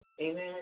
Amen